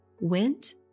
went